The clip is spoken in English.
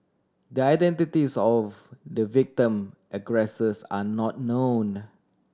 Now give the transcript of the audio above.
the identities of the victim and aggressors are not known